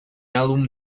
álbum